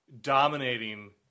dominating